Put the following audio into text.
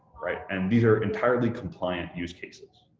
right, and these are entirely compliant use cases.